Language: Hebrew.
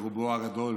ברובו הגדול